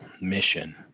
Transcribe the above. mission